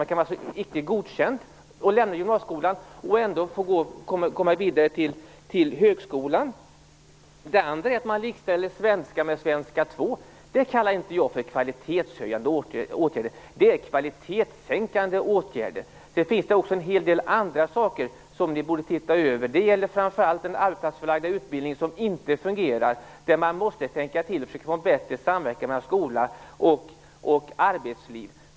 Man kan alltså vara icke godkänd när man lämnar gymnasieskolan och ändå få komma vidare till högskolan. För det andra likställer man svenska med Svenska 2. Det kallar inte jag för kvalitetshöjande åtgärder. Det är kvalitetssänkande åtgärder. Det finns också en hel del andra saker som ni borde se över. Det gäller framför allt den arbetsplatsförlagda utbildningen som inte fungerar. Där måste man tänka till och försöka få bättre samverkan mellan skola och arbetsliv.